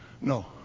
no